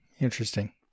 interesting